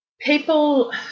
People